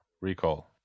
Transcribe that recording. recall